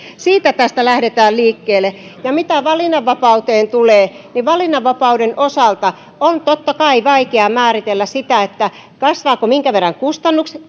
siitä tässä lähdetään liikkeelle ja mitä valinnanvapauteen tulee niin valinnanvapauden osalta on totta kai vaikea määritellä sitä minkä verran kustannukset